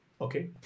okay